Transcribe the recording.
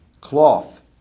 cloth